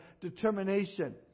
determination